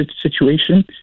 situation